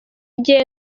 gihe